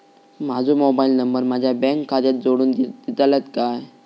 माजो mobile number माझ्या bank खात्याक जोडून दितल्यात काय?